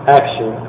action